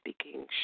Speaking